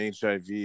HIV